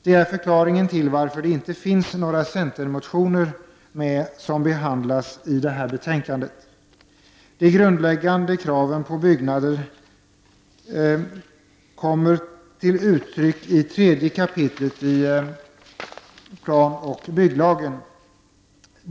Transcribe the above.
Det är förklaringen till att några centermotioner inte behandlas i detta betänkande. De grundläggande kraven på byggnader kommer till uttryck i 3 kap. plan och bygglagen.